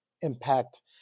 impact